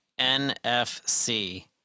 NFC